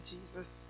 Jesus